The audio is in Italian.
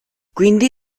quindi